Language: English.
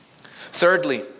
Thirdly